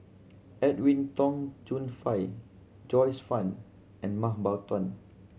Edwin Tong Chun Fai Joyce Fan and Mah Bow Tan